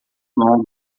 longo